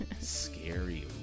scary